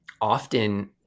often